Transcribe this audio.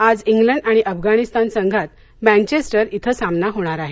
आज इंग्लंड आणि अफगाणिस्तान संघात मँचेस्टर इथं सामना होणार आहे